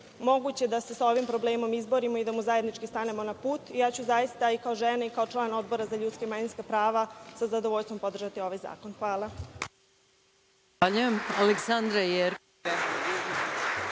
moguće da se sa ovim problemom izborimo i da mu zajednički stanemo na put. Zaista ću i kao žena i kao član Odbora za ljudska i manjinska prava sa zadovoljstvom podržati ovaj zakon. Hvala.